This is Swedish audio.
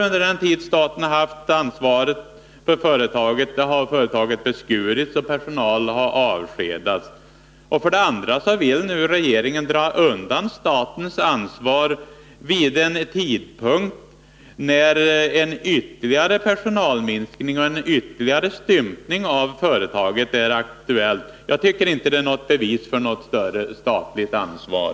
Under den tid staten haft ansvaret för företaget, har företaget beskurits, och personal har avskedats. För det andra vill nu regeringen dra undan statens ansvar, vid en tidpunkt när en ytterligare personalminskning och en ytterligare stympning av företaget är aktuell. Jag tycker inte det är bevis för något större statligt ansvar.